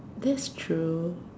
that's true